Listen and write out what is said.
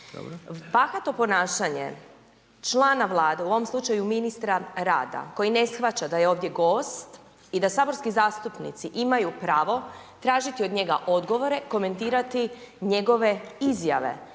Bahato ponašanje člana vlade u ovom slučaju ministra rada, koji ne shvaća da je ovdje gost i da saborski zastupnici imaju pravo tražiti od njega odgovore, komentirati njegove izjave